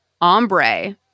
ombre